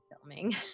filming